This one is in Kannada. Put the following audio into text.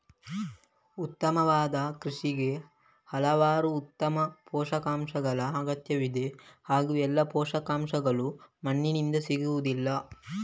ಉತ್ತಮವಾದ ಕೃಷಿಗೆ ಹಲವಾರು ಉತ್ತಮ ಪೋಷಕಾಂಶಗಳ ಅಗತ್ಯವಿದೆ ಹಾಗೂ ಎಲ್ಲಾ ಪೋಷಕಾಂಶಗಳು ಮಣ್ಣಿನಿಂದ ಸಿಗುವುದಿಲ್ಲ